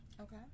okay